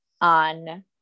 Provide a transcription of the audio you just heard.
on